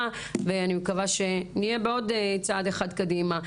ואני מקווה שנהיה בעוד צעד אחד קדימה.